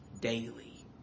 daily